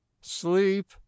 Sleep